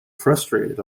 frustrated